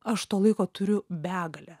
aš to laiko turiu begalę